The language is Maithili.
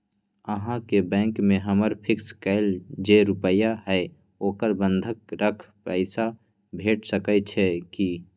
अहाँके बैंक में हमर फिक्स कैल जे रुपिया हय ओकरा बंधक रख पैसा भेट सकै छै कि?